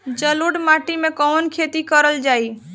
जलोढ़ माटी में कवन खेती करल जाई?